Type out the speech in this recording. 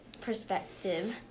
Perspective